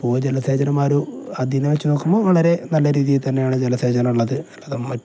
അപ്പോൾ ജലസേചനം മാര അതിനെ വച്ചു നോക്കുമ്പോൾ വളരെ നല്ല രീതിയിൽ തന്നെയാണ് ജലസേചനം ഉള്ളത് അല്ലാതെ മറ്റും